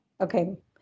okay